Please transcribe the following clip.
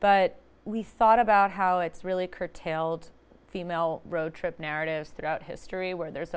but we thought about how it's really curtailed female roadtrip narrative throughout history where there's